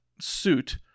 suit